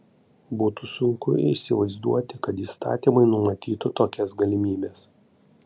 būtų sunku įsivaizduoti kad įstatymai numatytų tokias galimybes